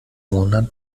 monat